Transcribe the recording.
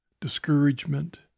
discouragement